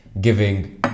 giving